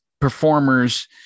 performers